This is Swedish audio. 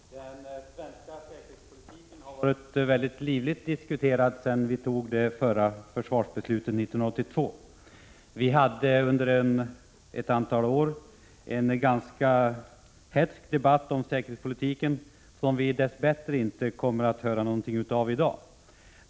Herr talman! Den svenska försvarspolitiken har varit ganska livligt diskuterad sedan föregående säkerhetspolitiska beslut fattades 1982. Vi hade om säkerhetspolitiken under ett antal år en ganska hätsk debatt, som vi dess bättre inte kommer att höra något av i dag.